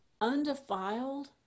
undefiled